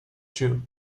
true